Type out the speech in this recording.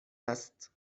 است